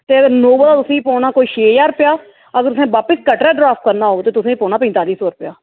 ते इनोवा तुसें गी पौना कोई छे ज्हार रपेआ अगर तुसें बापस कटरा ड्राप करना होग ते तुसें पौना पंजताली सौ रपेआ